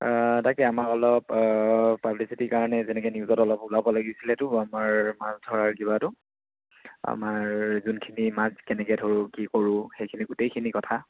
তাকেই আমাৰ অলপ পাব্লিচিটী কাৰণে যেনেকৈ নিউজত অলপ ওলাব লাগিছিলেতো আমাৰ মছ ধৰা কিবাটো আমাৰ যোনখিনি মাছ কেনেকৈ ধৰোঁ কি কৰোঁ সেইখিনি গোটেইখিনি কথা